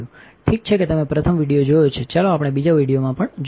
ઠીક છે કે તમે પ્રથમ વિડિઓ જોયો છે ચાલો આપણે બીજા વિડિઓમાં પણ જોઈએ